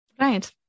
Right